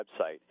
website